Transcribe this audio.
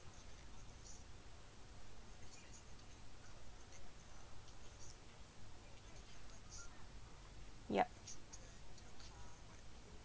yup